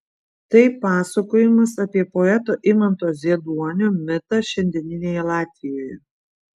tai pasakojimas apie poeto imanto zieduonio mitą šiandieninėje latvijoje